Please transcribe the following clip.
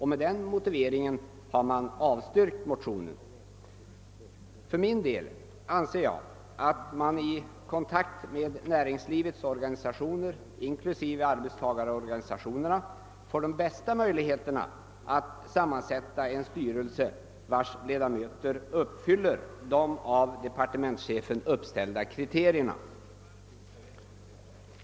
Med den motiveringen har utskottet avstyrkt motionen. För min del anser jag att man i kontakt med näringslivets organisationer, inklusive arbetstagarorganisationerna, får de bästa möjligheterna att sammansätta en styrelse, vars ledamöter uppfyller de av departementschefen uppställda kriterierna.